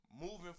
moving